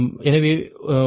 எனவே 11